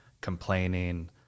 complaining